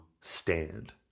stand